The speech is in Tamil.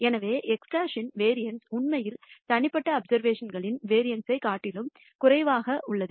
எனவே x̅ இன் வேரியன்ஸ் உண்மையில் தனிப்பட்ட அப்சர்வேஷன்களின் வேரியன்ஸ்ஐ காட்டிலும் குறைவாக உள்ளது